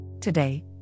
Today